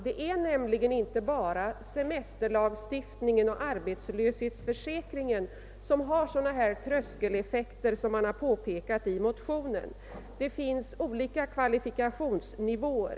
Det är nämligen inte bara semesterlagstiftningen och <arbetslöshetsförsäkringen som har sådana här tröskeleffekter som man har påpekat i motionerna. Det finns olika kvalifikationsnivåer.